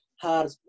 hard